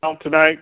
Tonight